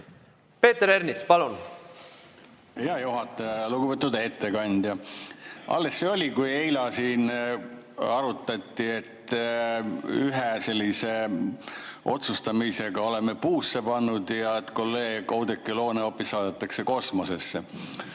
Peeter Ernits, palun! Hea juhataja! Lugupeetud ettekandja! Alles see oli, kui eile siin arutati, et ühe sellise otsustamisega oleme puusse pannud ja et kolleeg Oudekki Loone hoopis saadetakse kosmosesse.